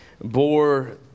bore